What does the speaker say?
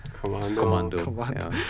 Commando